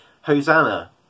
Hosanna